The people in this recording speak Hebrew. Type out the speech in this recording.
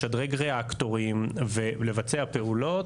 לשדרג ריאקטורים ולבצע פעולות,